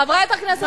חברת הכנסת